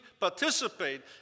participate